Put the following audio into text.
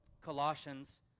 Colossians